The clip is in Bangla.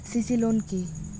সি.সি লোন কি?